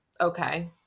okay